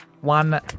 one